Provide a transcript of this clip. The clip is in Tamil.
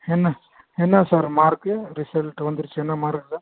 என்ன என்ன சார் மார்க்கு ரிசல்ட்டு வந்துருச்சு என்ன மார்க் சார்